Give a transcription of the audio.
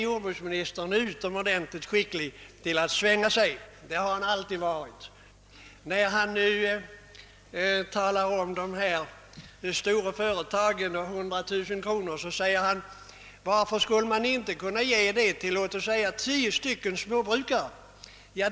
Jordbruksministern är utomordentligt skicklig i att svänga sig — det har han alltid varit. På tal om de stora företagen och bidraget på 100000 kronor säger han: Varför skulle man inte kunna ge detta belopp till låt oss säga 10 småbrukare?